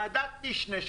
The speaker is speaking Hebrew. ועדת משנה,